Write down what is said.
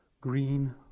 green